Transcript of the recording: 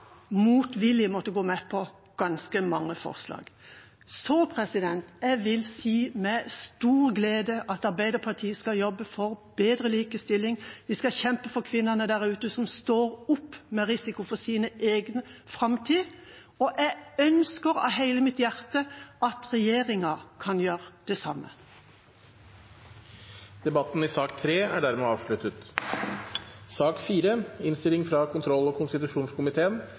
motvillig måtte gå med på ganske mange forslag. Så jeg vil si med stor glede at Arbeiderpartiet skal jobbe for bedre likestilling. Vi skal kjempe for kvinnene der ute som står opp, med risiko for sin egen framtid, og jeg ønsker av hele mitt hjerte at regjeringa kan gjøre det samme. Flere har ikke bedt om ordet til sak